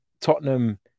Tottenham